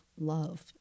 love